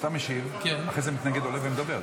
אתה משיב, אחרי זה מתנגד עולה ומדבר.